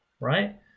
right